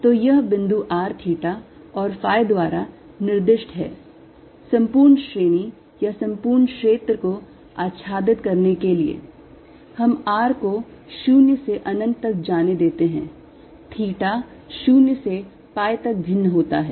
तो यह बिंदु r theta और phi द्वारा निर्दिष्ट है संपूर्ण श्रेणी या संपूर्ण क्षेत्र को आच्छादित करने के लिए हम r को 0 से अनंत तक जाने देते हैं theta 0 से pi तक भिन्न होता है